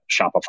Shopify